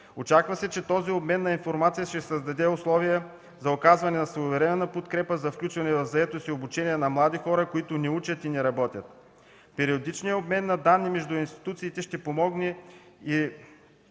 Очаква се, че този обмен на информация ще създаде условия за оказване на своевременна подкрепа за включване в заетост и обучение на млади хора, които не учат и не работят. Периодичният обмен на данни между институциите ще помогне за